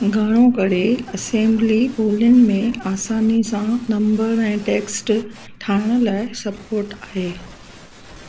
घणो करे असेंबली ॿोलियुनि में आसानी सां नंबर ऐं टैक्स्ट ठाहिण लाइ स्पोर्ट आहे